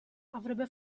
avrebbe